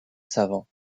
savant